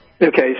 Okay